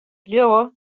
liuwe